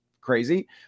crazy